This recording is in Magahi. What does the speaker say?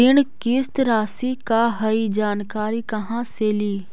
ऋण किस्त रासि का हई जानकारी कहाँ से ली?